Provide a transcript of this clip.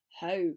How